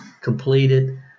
completed